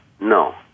No